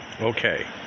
Okay